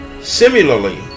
Similarly